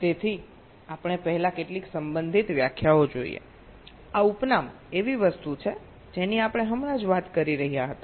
તેથી આપણે પહેલા કેટલીક સંબંધિત વ્યાખ્યાઓ જોઈએઆ ઉપનામ એવી વસ્તુ છે જેની આપણે હમણાં જ વાત કરી રહ્યા હતા